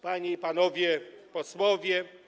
Panie i Panowie Posłowie!